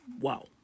Wow